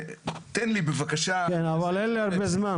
הייתה מזבלה,